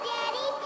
Daddy